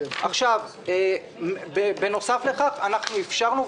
בנוסף לכך אפשרנו,